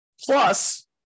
Plus